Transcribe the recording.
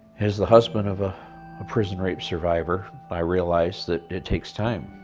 as the husband of a prison rape survivor, i realize that it takes time,